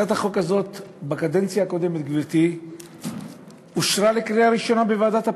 הצעת החוק הזאת בקדנציה הקודמת אושרה לקריאה ראשונה בוועדת הפנים.